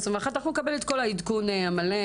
אנחנו נקבל את העדכון המלא.